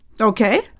Okay